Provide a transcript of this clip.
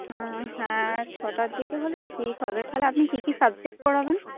হুম হ্যাঁ ছটার দিকে হলে ঠিক হবে তাহলে আপনি কী কী সাবজেক্ট পড়াবেন